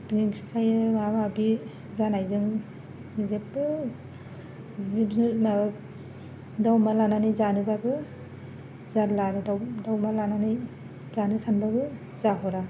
बिनि खि थायो माबा माबि जानायजों जेबो जिब जुनार माबा दाउ अमा लानानै जानोबाबो जारला आरो दाउ अमा लानानै जानो सानबाबो जाहरा